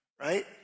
right